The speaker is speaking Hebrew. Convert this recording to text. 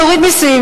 הוא יוריד מסים.